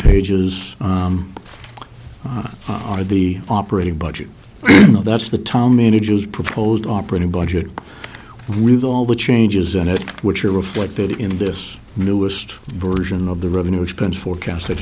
pages are the operating budget that's the tom manager's proposed operating budget with all the changes in it which are reflected in this newest version of the revenue expense forecast